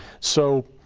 so,